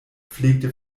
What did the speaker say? pflegte